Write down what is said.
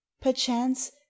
Perchance